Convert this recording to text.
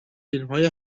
فیلمهای